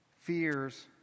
fears